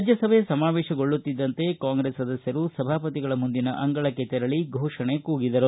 ರಾಜ್ಯಸಭೆ ಸಮಾವೇಶಗೊಳ್ಳುತ್ತಿದ್ದಂತೆ ಕಾಂಗ್ರೆಸ್ ಸದಸ್ಯರು ಸಭಾಪತಿಗಳ ಮುಂದಿನ ಅಂಗಳಕ್ಕೆ ತೆರಳಿ ಘೋಷಣೆ ಕೂಗಿದರು